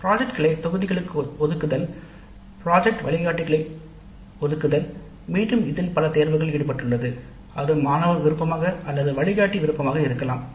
திட்டங்களை தொகுதிகளுக்கு ஒதுக்குதல் திட்ட வழிகாட்டிகளை ஒதுக்குதல் மாணவர் விருப்பத்தேர்வுகள் மற்றும் வழிகாட்டி விருப்பத்தேர்வுகள் இருக்கலாம்